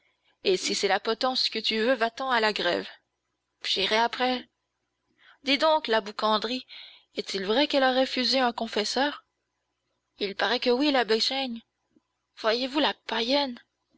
midi si c'est la potence que tu veux va-t'en à la grève j'irai après dites donc la boucandry est-il vrai qu'elle ait refusé un confesseur il paraît que oui la bechaigne voyez-vous la païenne